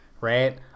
right